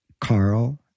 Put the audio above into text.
Carl